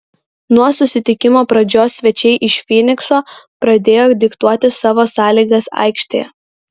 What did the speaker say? nuo susitikimo pradžios svečiai iš fynikso pradėjo diktuoti savo sąlygas aikštėje